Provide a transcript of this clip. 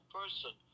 person